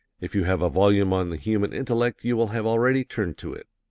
if you have a volume on the human intellect you will have already turned to it.